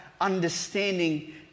understanding